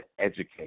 educate